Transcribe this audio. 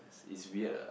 I see it's weird ah